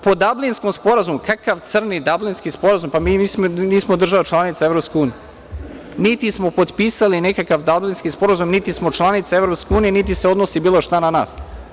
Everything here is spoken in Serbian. Po Dabilinskom sporazumu, kakav crni Dablinski sporazum, pa nismo država članica Evropske unije, niti smo potpisali nekakav Dablinski sporazum, niti smo članica EU, niti se odnosi bilo šta na nas.